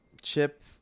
chip